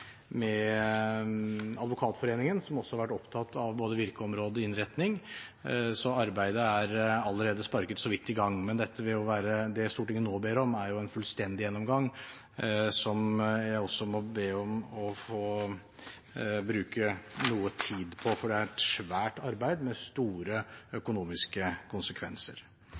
Advokatforeningen, som også har vært opptatt av både virkeområde og innretning, så arbeidet er allerede sparket så vidt i gang. Men det Stortinget nå ber om, er en fullstendig gjennomgang, som jeg må be om å få bruke noe tid på, for det er et svært arbeid, med store økonomiske konsekvenser.